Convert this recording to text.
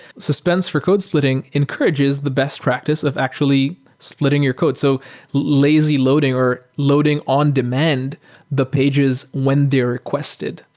suspense for code splitting encourages the best practice of actually splitting your code. so lazy loading or loading on demand the pages when they're requested.